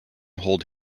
hold